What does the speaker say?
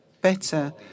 better